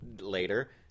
later